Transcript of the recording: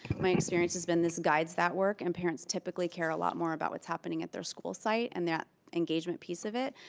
my experience has been this guides that work and parents typically care a lot more about what's happening at their school site and that engagement piece of it,